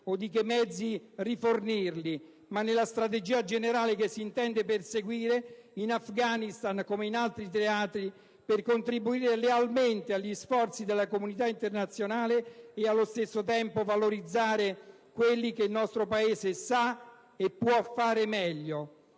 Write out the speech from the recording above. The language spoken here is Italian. o di che mezzi rifornire, ma nella strategia generale che si intende perseguire, in Afghanistan come in altri teatri, per contribuire lealmente agli sforzi della comunità internazionale e, allo stesso tempo, valorizzare quello che il nostro Paese sa e può fare meglio.